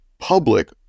public